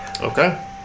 Okay